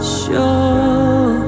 sure